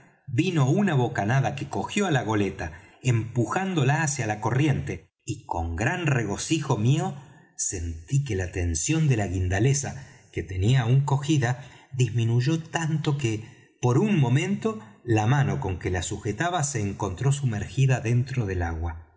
vino una bocanada que cogió á la goleta empujándola hacia la corriente y con gran regocijo mío sentí que la tensión de la guindaleza que tenía aún cogida disminuyó tanto que por un momento la mano con que la sujetaba se encontró sumergida dentro del agua